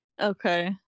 okay